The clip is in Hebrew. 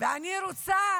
אני רוצה